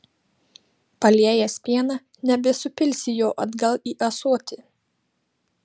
paliejęs pieną nebesupilsi jo atgal į ąsotį